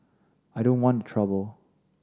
I don't want the trouble